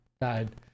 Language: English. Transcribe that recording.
died